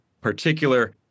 particular